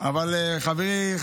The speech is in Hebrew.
אבל חברי,